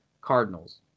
Cardinals